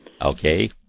Okay